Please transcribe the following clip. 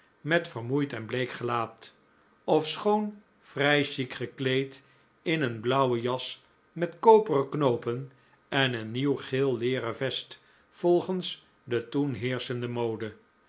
met vermoeid en bleek gelaat ofschoon vrij chic gekleed in een blauwe jas met koperen knoopen en een nieuw geel leeren vest volgens de toen heerschende mode